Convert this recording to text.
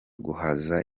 guhaza